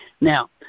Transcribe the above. Now